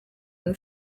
than